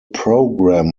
program